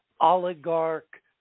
oligarch